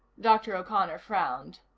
dr. o'connor frowned.